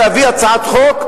אי-אפשר להביא הצעת חוק,